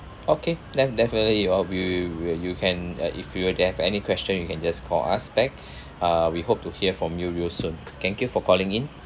okay def~ definitely you uh we will we will you can uh if you do you have any question you can just call us back uh we hope to hear from you real soon thank you for calling in